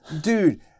Dude